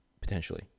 potentially